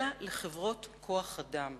אלא לחברות כוח-אדם.